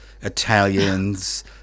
Italians